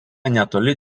netoli